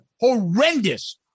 horrendous